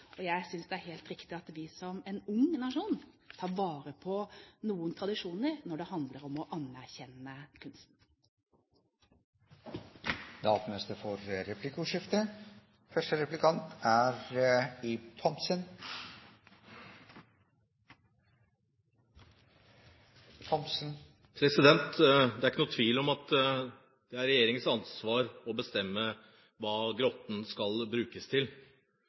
Og jeg synes det er helt riktig at vi som en ung nasjon, tar vare på noen tradisjoner når det handler om å anerkjenne kunsten. Det blir replikkordskifte. Det er ikke noen tvil om at det er regjeringens ansvar å bestemme hva Grotten skal brukes til,